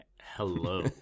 Hello